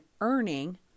earning